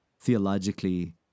theologically